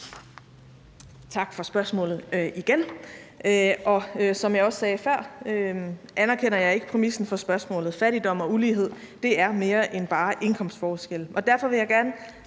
Tak for spørgsmålet. Som jeg også sagde før, anerkender jeg ikke præmissen for spørgsmålet. Fattigdom og ulighed er mere end bare indkomstforskelle. Derfor vil jeg gerne